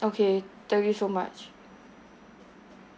okay thank you so much